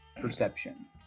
perception